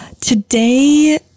Today